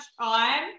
time